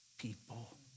people